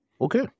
Okay